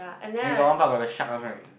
then got one part got the shark one right